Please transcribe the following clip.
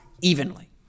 evenly